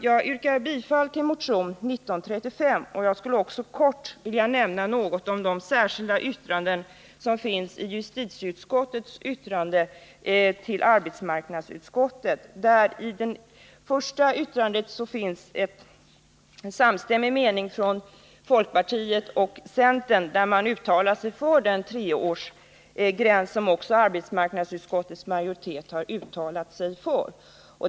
Jag yrkar bifall till motion 1935, men skulle också helt kort vilja säga något om de särskilda uttalanden som finns i justitieutskottets yttrande till arbetsmarknadsutskottet. I justitieutskottets yttrande, avvikande meningar, punkten 1, finns det en samstämmig mening från folkpartiet grupper som har en situation som kan jämställas med de homosexuellas vilka avseenden skiljer och centern, där man uttalar sig för den treårsgräns som också arbetsmarknadsutskottets majoritet har tillstyrkt.